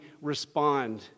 respond